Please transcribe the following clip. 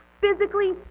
physically